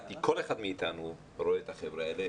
כל אחד מאיתנו רואה את החבר'ה האלה,